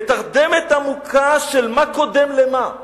בתרדמת עמוקה של מה קודם למה,